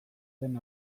den